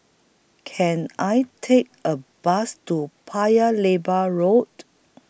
Can I Take A Bus to Paya Lebar Road